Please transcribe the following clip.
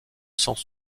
sans